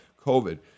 COVID